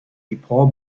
pall